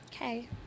Okay